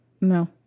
No